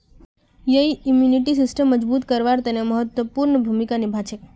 यई इम्यूनिटी सिस्टमक मजबूत करवार तने महत्वपूर्ण भूमिका निभा छेक